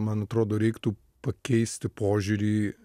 man atrodo reiktų pakeisti požiūrį